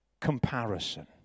comparison